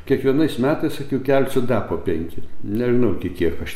kiekvienais metais sakiau kelsiu da po penki nežinau iki kiek aš